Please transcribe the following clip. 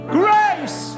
grace